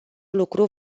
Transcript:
lucru